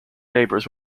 neighbours